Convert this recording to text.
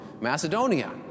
Macedonia